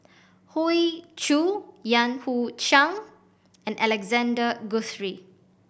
Hoey Choo Yan Hui Chang and Alexander Guthrie